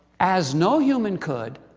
as no human could,